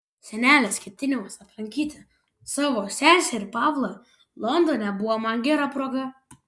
senelės ketinimas aplankyti savo seserį pavlą londone buvo man gera proga